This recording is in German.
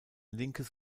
linkes